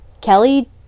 Kelly